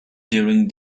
during